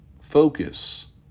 focus